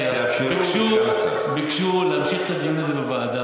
יחיא ביקשו להמשיך את הדיון הזה בוועדה.